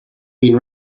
been